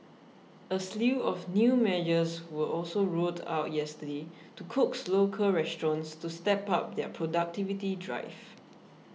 a slew of new measures were also rolled out yesterday to coax local restaurants to step up their productivity drive